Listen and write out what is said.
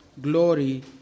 glory